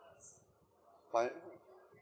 my